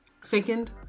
second